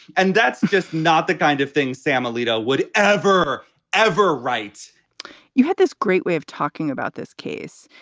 and that's just not the kind of thing sam alito would ever, ever write you had this great way of talking about this case.